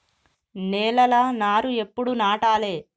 నేలలా నారు ఎప్పుడు నాటాలె?